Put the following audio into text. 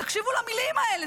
תקשיבו למילים האלה,